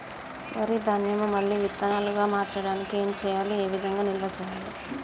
వరి ధాన్యము మళ్ళీ విత్తనాలు గా మార్చడానికి ఏం చేయాలి ఏ విధంగా నిల్వ చేయాలి?